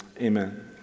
amen